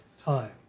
Time